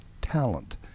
Talent